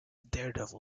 daredevil